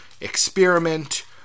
experiment